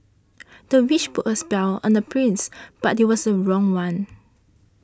the witch put a spell on the prince but it was the wrong one